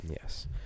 Yes